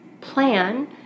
plan